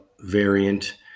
variant